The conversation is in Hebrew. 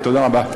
תודה רבה.